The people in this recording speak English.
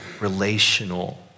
relational